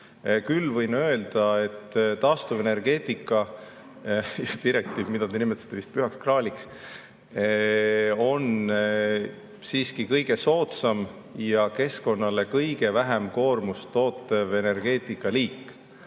Küll võin öelda, et taastuvenergeetika direktiiv, mida te nimetasite vist pühaks graaliks, on siiski kõige soodsam ja keskkonnale kõige vähem koormust tootev energeetikaliik.